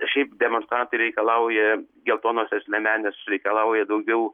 šiaip demonstrantai reikalauja geltonosios liemenės reikalauja daugiau